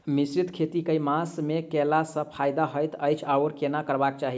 मिश्रित खेती केँ मास मे कैला सँ फायदा हएत अछि आओर केना करबाक चाहि?